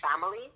family